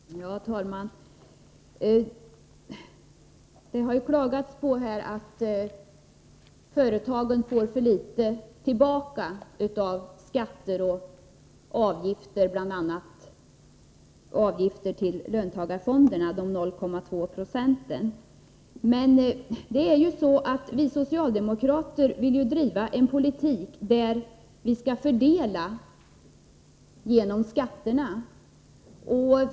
Herr talman! Man har här klagat över att företagen skulle få tillbaka för litet i förhållande till de skatter och avgifter som man betalat in. Det gäller bl.a. avgifterna till löntagarfonderna — dessa 0,2 90. Vi socialdemokrater vill ju driva en politik som innebär att vi kan fördela genom skatterna.